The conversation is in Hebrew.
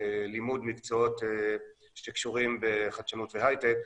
בלימוד מקצועות שקשורים בחדשנות והייטק,